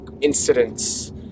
incidents